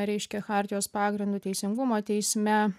reiškia chartijos pagrindu teisingumo teisme